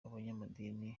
abanyamadini